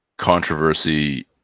controversy